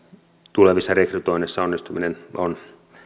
tulevissa rekrytoinneissa onnistuminen on